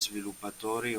sviluppatori